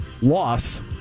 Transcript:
Loss